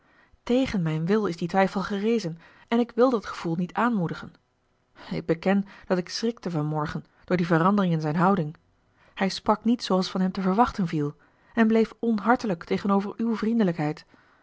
tegen mijn wil is die twijfel gerezen en ik wil dat gevoel niet aanmoedigen ik beken dat ik schrikte van morgen door die verandering in zijn houding hij sprak niet zooals van hem te verwachten viel en bleef onhartelijk tegenover uw vriendelijkheid